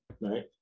right